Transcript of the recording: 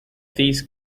these